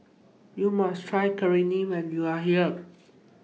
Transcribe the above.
YOU must Try Kheema when YOU Are here